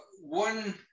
one